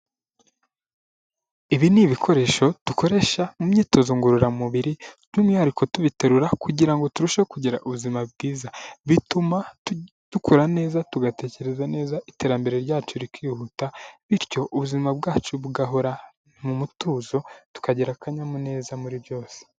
Ibi ni ibikoresho dukoresha mu myitozo ngororamubiri by'umwihariko tubiterura kugira ngo turusheho kugira ubuzima bwiza, bituma dukura neza, tugatekereza neza, iterambere ryacu rikihuta, bityo ubuzima bwacu bugahora mu mutuzo tukagira akanyamuneza muri byose.